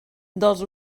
dels